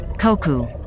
Koku